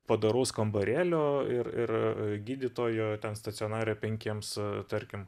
padoraus kambarėlio ir ir gydytojo ten stacionare penkiems tarkim